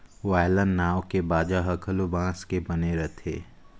violin नांव के बाजा ह घलो बांस के बने रथे